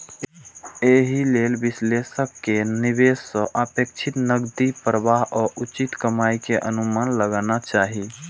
एहि लेल विश्लेषक कें निवेश सं अपेक्षित नकदी प्रवाह आ उचित कमाइ के अनुमान लगाना चाही